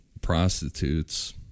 prostitutes